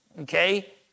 okay